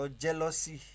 jealousy